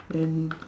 then